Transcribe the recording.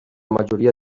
majoria